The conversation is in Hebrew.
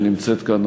שנמצאת כאן,